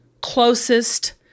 closest